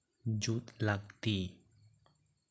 ᱡᱩᱛ ᱞᱟᱹᱠᱛᱤ